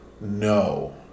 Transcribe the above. No